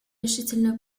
решительную